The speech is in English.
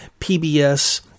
PBS